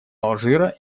алжира